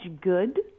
good